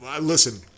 Listen